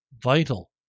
Vital